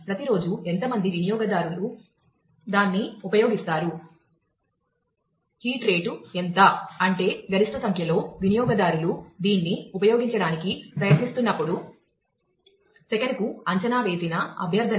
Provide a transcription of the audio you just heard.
ప్రతిరోజూ ఎంత మంది వినియోగదారులు దాన్ని ఉపయోగిస్తారు